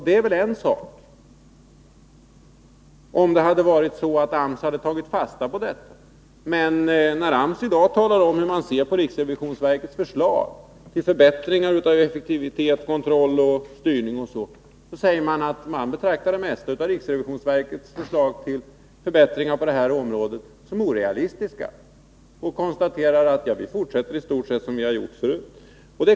Det är väl en sak om AMS hade tagit fasta på detta, men när AMS i dag talar om hur man ser på riksrevisionsverkets förslag till förbättring av effektivitet, kontroll och styrning m.m., säger man att man betraktar det mesta av riksrevisionsverkets förslag till förbättringar på detta område som orealistiskt och konstaterar att man fortsätter i stort sett som man gjort förut.